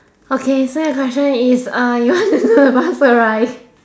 okay so your question is uh you want to know the password right